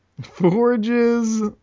forge's